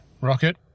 rocket